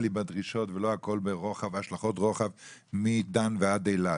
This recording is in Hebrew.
בדרישות ולא הכול השלכות רוחב מדן ועד אילת.